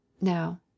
Now